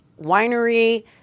Winery